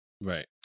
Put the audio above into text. Right